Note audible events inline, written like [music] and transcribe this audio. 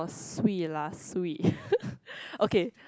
swee lah swee [laughs] okay